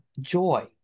joy